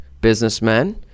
businessmen